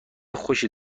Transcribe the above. خوشی